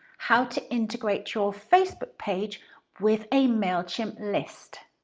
how to integrate your facebook page with a mailchimp list.